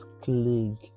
cling